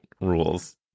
rules